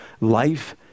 life